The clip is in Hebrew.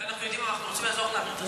אנחנו רוצים לעזור לך.